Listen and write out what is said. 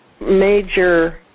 major